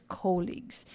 colleagues